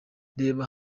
reba